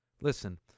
Listen